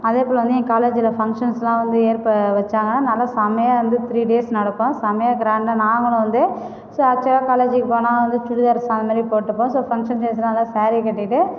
அதே போல் வந்து என் காலேஜில் ஃபங்ஷன்லாம் வந்து ஏற் வச்சாங்கன்னா நல்லா செமையாக வந்து த்ரீ டேஸ் நடக்கும் செமையாக க்ராண்டாக நாங்களும் வந்து ஸோ அக்ச்சுவலா காலேஜ்க்கு போனால் வந்து சுடிதார்ஸ் அதமாதிரி போட்டுப்போம் ஸோ ஃபங்ஷன் டேஸில் நல்லா சேரீ கட்டிகிட்டு